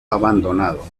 abandonado